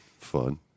fun